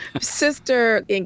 sister